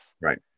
Right